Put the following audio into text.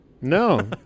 No